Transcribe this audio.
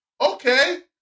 Okay